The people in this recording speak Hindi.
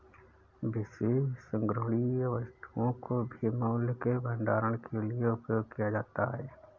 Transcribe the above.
विशेष संग्रहणीय वस्तुओं को भी मूल्य के भंडारण के लिए उपयोग किया जाता है